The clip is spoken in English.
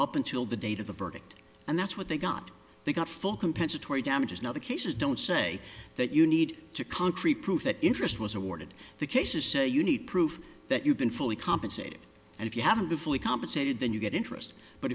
up until the date of the verdict and that's what they got they got full compensatory damages now the cases don't say that you need to concrete proof that interest was awarded the cases so you need proof that you've been fully compensated and if you haven't been fully compensated then you get interest but